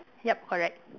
yup correct